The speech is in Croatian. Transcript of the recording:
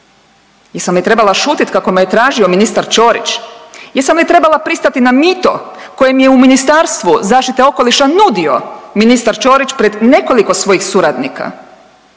Jesam li trebala šutit kako me je tražio ministar Ćorić, jesam li trebala pristati na mito koje mi je u Ministarstvu zaštite okoliša nudio ministar Ćorić pred nekoliko svojih suradnika,